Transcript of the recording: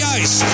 ice